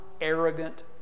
arrogant